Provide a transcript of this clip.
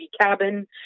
cabin